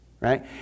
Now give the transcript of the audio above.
right